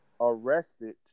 arrested